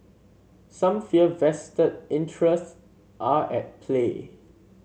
some fear vested interests are at play